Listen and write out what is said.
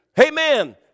Amen